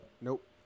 Nope